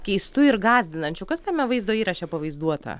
keistu ir gąsdinančiu kas tame vaizdo įraše pavaizduota